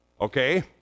Okay